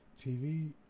tv